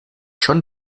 schon